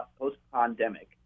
post-pandemic